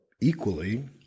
equally